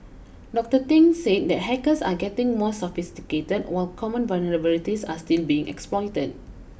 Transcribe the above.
Doctor Thing said that hackers are getting more sophisticated while common vulnerabilities are still being exploited